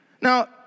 Now